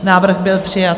Návrh byl přijat.